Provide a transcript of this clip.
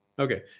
Okay